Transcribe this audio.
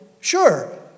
sure